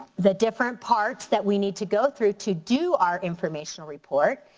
the different parts that we need to go through to do our informational report,